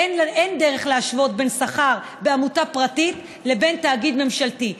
אין דרך להשוות בין שכר בעמותה פרטית לבין תאגיד ממשלתי.